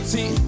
See